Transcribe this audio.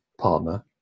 partner